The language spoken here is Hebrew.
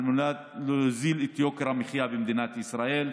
על מנת להוריד את יוקר המחיה במדינת ישראל.